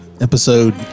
Episode